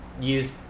use